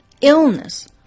illness